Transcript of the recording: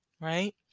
right